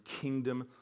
kingdom